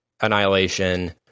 Annihilation